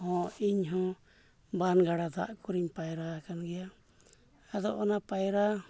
ᱦᱚᱸ ᱤᱧ ᱦᱚᱸ ᱵᱟᱱ ᱜᱟᱰᱟ ᱫᱟᱜ ᱠᱚᱨᱤᱧ ᱯᱟᱭᱨᱟ ᱟᱠᱟᱱ ᱜᱮᱭᱟ ᱟᱫᱚ ᱚᱱᱟ ᱯᱟᱭᱨᱟ